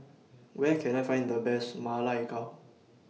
Where Can I Find The Best Ma Lai Gao